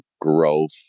growth